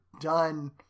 done